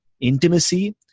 intimacy